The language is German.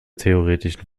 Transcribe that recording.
theoretischen